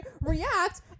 react